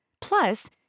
Plus